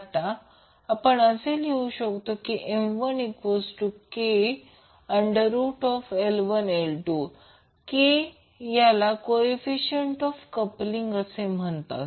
आता आपण असे लिहू शकतो MkL1L2 k याला कोईफिजिशियन ऑफ कपलिंग असे म्हणतात